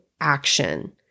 action